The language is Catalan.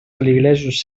feligresos